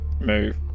move